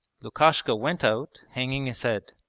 lukashka went out, hanging his head.